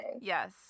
Yes